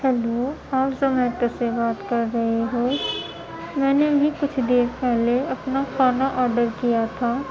hello آپ زومیٹو سے بات کر رہے ہو میں نے ابھی کچھ دیر پہلے اپنا کھانا آڈر کیا تھا